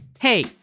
Hey